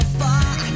far